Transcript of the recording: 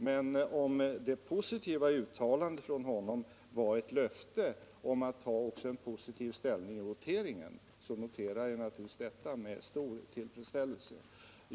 Men om det positiva uttalandet från honom var ett löfte om att ta positiv ställning också i voteringen noterar jag naturligtvis detta med stor tillfredsstälielse..